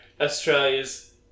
Australia's